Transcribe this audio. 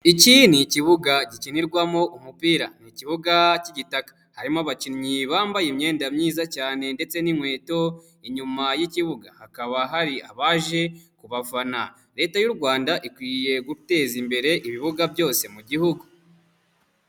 Iki ni ikibuga gikinirwamo umupira, ni ikibuga k'igitaka. Harimo abakinnyi bambaye imyenda myiza cyane ndetse n'inkweto, inyuma y'ikibuga hakaba hari abaje kubafana. Leta y'u Rwanda ikwiye guteza imbere ibibuga byose mu gihugu.